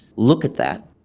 look at that,